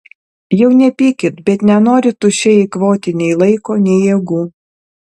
jau nepykit bet nenoriu tuščiai eikvoti nei laiko nei jėgų